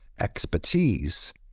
expertise